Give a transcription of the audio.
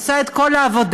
עושה את כל העבודה,